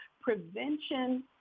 Prevention